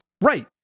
Right